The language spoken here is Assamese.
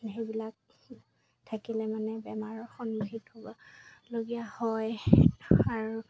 সেইবিলাক থাকিলে মানে বেমাৰৰ সন্মুখীন হ'বলগীয়া হয় আৰু